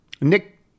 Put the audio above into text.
Nick